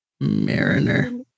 mariner